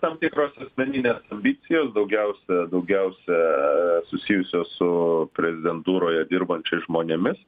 tam tikros asmeninės ambicijos daugiausia daugiausia susijusios su prezidentūroje dirbančiais žmonėmis